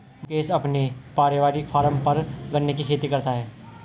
मुकेश अपने पारिवारिक फॉर्म पर गन्ने की खेती करता है